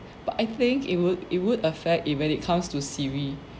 but I think it would it would affect it when it comes to siri